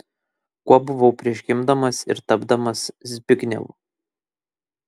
kuo buvau prieš gimdamas ir tapdamas zbignevu